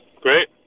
Great